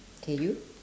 K you